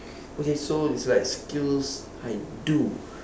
okay so it's like skills I do